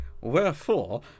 wherefore